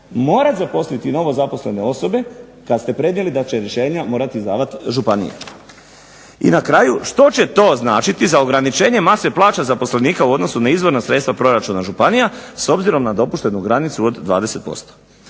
morati zaposliti novozaposlene osobe, kad ste prenijeli da će rješenja izdavati županije. I na kraju, što će to značiti za ograničenje mase plaća zaposlenika u odnosu na izvorna sredstva proračuna županija, s obzirom na dopuštenu granicu od 20%?